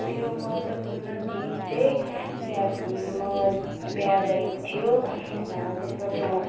मेरो महत्त्वपूर्ण दिन चाहिँ म बिहा गरेको थियो त्यसमा चाहिँ म